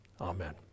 Amen